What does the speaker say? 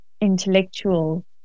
intellectual